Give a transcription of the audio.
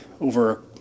over